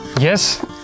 Yes